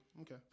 Okay